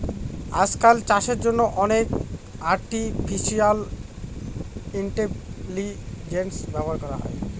আজকাল চাষের জন্য অনেক আর্টিফিশিয়াল ইন্টেলিজেন্স ব্যবহার করা হয়